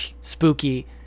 spooky